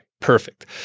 perfect